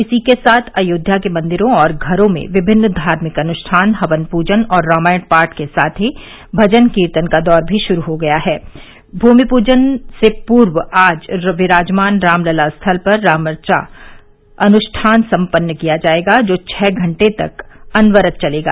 इसी के साथ अयोध्या र्के मंदिरों और घरों में विमिन्न धार्मिक अनुष्ठान हवन पूजन और रामायण पाठ के साथ ही भजन कीर्तन का दौर भी शुरू हो गया है भूमि पूजन से पूर्व आज विराजमान रामलला स्थल पर रामर्चा अनुष्ठान संपन्न किया जाएगा जो छः घंटे तक अनवरत चलेगा